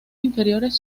inferiores